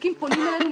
העסקים פונים אלינו,